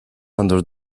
under